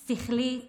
שכלית,